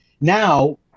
now